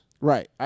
Right